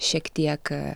šiek tiek